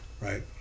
Right